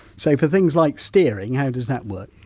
so for things like steering how does that work?